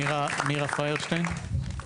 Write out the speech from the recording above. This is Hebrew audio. מירה פיירשטיין.